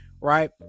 Right